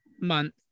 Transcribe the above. month